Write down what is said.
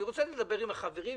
אני רוצה לדבר עם החברים,